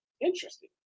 interesting